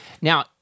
Now